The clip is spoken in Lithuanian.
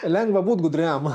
lengva būti gudriam